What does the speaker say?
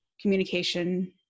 communication